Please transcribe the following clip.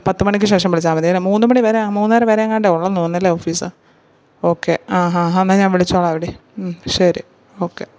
പത്ത് മണിക്ക് ശേഷം വിളിച്ചാൽ മതി അല്ലേ മൂന്ന് മണി വരെ മൂന്നര വരെ എങ്ങാണ്ടെ ഉള്ളതെന്ന് തോന്നുന്നത് അല്ലെ ഓഫീസ് ഓക്കേ ആഹാ ആഹാ എന്നാൽ ഞാൻ വിളിച്ചോളാം എടി ശരി ഓക്കേ